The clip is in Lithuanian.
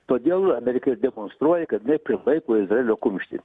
todėl amerika ir demonstruoja kad jinai prilaiko izraelio kumštį